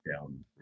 down